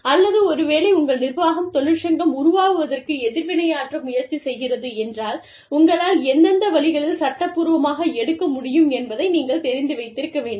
அல்லது ஒரு வேளை உங்கள் நிர்வாகம் தொழிற்சங்கம் உருவாவதற்கு எதிர்வினையாற்ற முயற்சி செய்கிறது என்றால் உங்களால் எந்தெந்த வழிகளில் சட்டப்பூர்வமாக எடுக்க முடியும் என்பதை நீங்கள் தெரிந்து வைத்திருக்க வேண்டும்